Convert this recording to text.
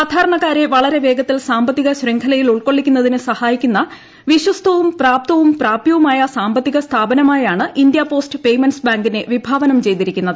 സാധാരണക്കാരെ വളരെ വേഗത്തിൽ സാമ്പത്തിക ശൃംഖലയിൽ ഉൾക്കൊള്ളിക്കുന്നതിന് സഹായിക്കുന്ന വിശ്വസ്തവും പ്രാപ്തവും പ്രാപൃവുമായ സാമ്പത്തിക സ്ഥാപനമായാണ് ഇന്ത്യാ പോസ്റ്റ് പേയ്മെന്റ്സ് ബാങ്കിനെ വിഭാവനം ചെയ്തിരിക്കുന്നത്